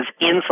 inside